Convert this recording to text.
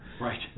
Right